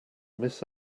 miss